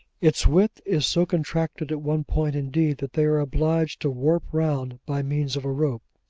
its width is so contracted at one point, indeed, that they are obliged to warp round by means of a rope.